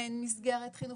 אין מסגרת חינוכית.